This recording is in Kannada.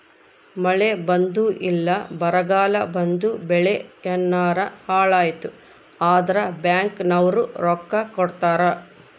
ಮಳೆ ಬಂದು ಇಲ್ಲ ಬರಗಾಲ ಬಂದು ಬೆಳೆ ಯೆನಾರ ಹಾಳಾಯ್ತು ಅಂದ್ರ ಬ್ಯಾಂಕ್ ನವ್ರು ರೊಕ್ಕ ಕೊಡ್ತಾರ